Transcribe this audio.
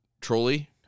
trolley